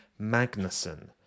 Magnussen